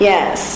Yes